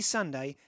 Sunday